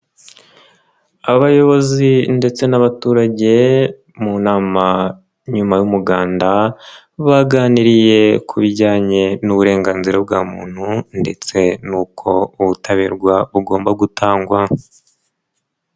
Abayobozi ndetse n'abaturage mu nama nyuma y'umuganda, baganiriye ku bijyanye n'uburenganzira bwa muntu ndetse n'uko ubutabera bugomba gutangwa.